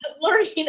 learning